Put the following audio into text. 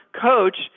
coach